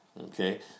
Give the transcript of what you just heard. Okay